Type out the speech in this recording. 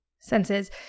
senses